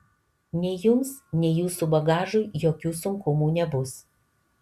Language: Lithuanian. nei jums nei jūsų bagažui jokių sunkumų nebus